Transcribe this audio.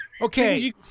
Okay